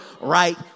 right